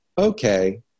okay